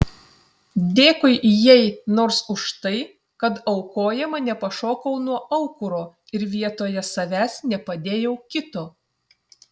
dėkui jai nors už tai kad aukojama nepašokau nuo aukuro ir vietoje savęs nepadėjau kito